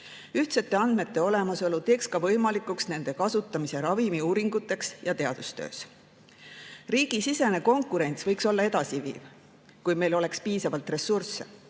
Ühtsete andmete olemasolu teeks ka võimalikuks nende kasutamise ravimiuuringutes ja teadustöös. Riigisisene konkurents võiks olla edasiviiv, kui meil oleks piisavalt ressursse.